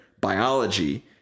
biology